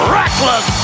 reckless